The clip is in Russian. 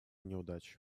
неудач